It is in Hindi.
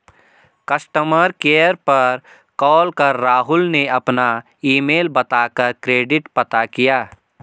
कस्टमर केयर पर कॉल कर राहुल ने अपना ईमेल बता कर क्रेडिट पता किया